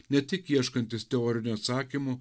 ne tik ieškantis teorinių atsakymų